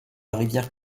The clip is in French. rivière